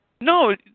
no